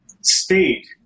state